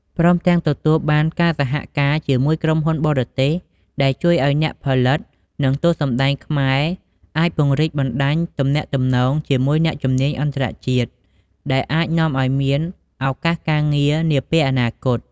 ព្រមទាំងទទួលបានការសហការជាមួយក្រុមហ៊ុនបរទេសដែលជួយឱ្យអ្នកផលិត និងតួសម្ដែងខ្មែរអាចពង្រីកបណ្តាញទំនាក់ទំនងជាមួយអ្នកជំនាញអន្តរជាតិ ដែលអាចនាំឱ្យមានឱកាសការងារនាពេលអនាគត។